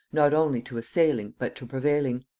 not only to assailing, but to prevailing.